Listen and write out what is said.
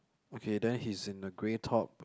okay then he's in the grey top